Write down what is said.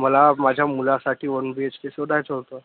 मला माझ्या मुलासाठी वन बी एच के शोधायचं होतं